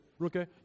Okay